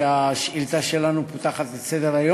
השאילתה היא כזאת: